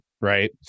right